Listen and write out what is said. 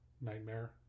nightmare